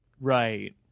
Right